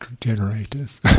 generators